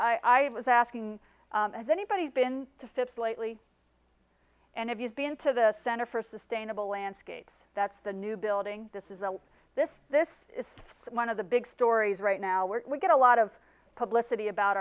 i was asking has anybody been to phipps lately and if you've been to the center for sustainable landscapes that's the new building this is a this this is one of the big stories right now where we get a lot of publicity about